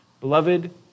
Beloved